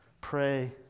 Pray